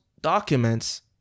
documents